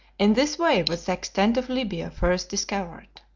in this way was the extent of libya first discovered.